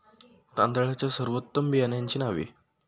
तांदळाच्या सर्वोत्तम बियाण्यांची नावे?